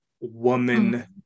woman